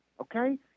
okay